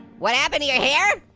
what happened to your hair?